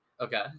Okay